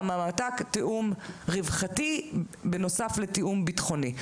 ומהמת"ק תיאום רווחתי בנוסף לתיאום ביטחוני.